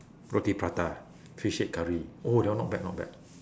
roti prata fish head curry oh that one not bad not bad